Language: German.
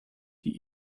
die